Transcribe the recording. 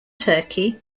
turkey